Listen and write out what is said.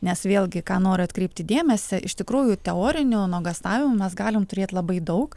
nes vėlgi ką noriu atkreipti dėmesį iš tikrųjų teorinio nuogąstavimas galim turėti labai daug